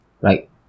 right